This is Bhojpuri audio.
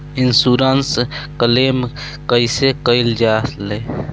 इन्शुरन्स क्लेम कइसे कइल जा ले?